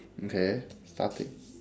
okay starting